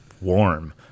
warm